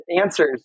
answers